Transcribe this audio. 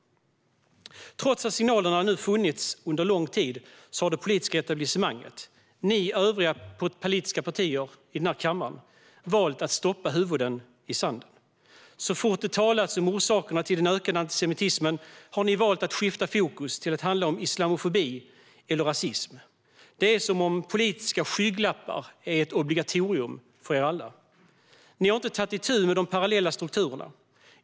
Trots att signalerna nu har funnits under lång tid har det politiska etablissemanget - ni övriga politiska partier i denna kammare - valt att stoppa era huvuden i sanden. Så fort det talats om orsakerna till den ökande antisemitismen har ni valt att skifta fokus till att låta det handla om islamofobi eller rasism. Det är som att politiska skygglappar är ett obligatorium för er alla. Ni har inte tagit itu med de parallella strukturerna.